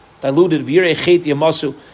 diluted